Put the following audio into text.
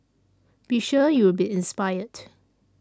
be sure you'll be inspired